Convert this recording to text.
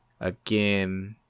Again